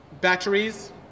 batteries